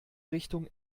richtung